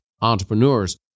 Entrepreneurs